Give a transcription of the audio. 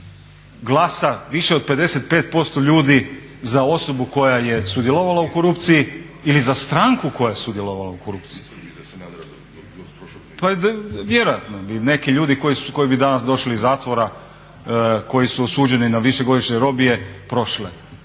glasa više od 55% ljudi za osobu koja je sudjelovala u korupciji ili za stranku koja je sudjelovala u korupciji. Pa vjerojatno bi neki ljudi koji bi danas došli iz zatvora, koji su osuđeni na višegodišnje robije prošle.